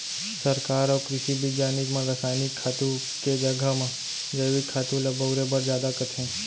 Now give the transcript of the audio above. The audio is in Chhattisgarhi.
सरकार अउ कृसि बिग्यानिक मन रसायनिक खातू के जघा म जैविक खातू ल बउरे बर जादा कथें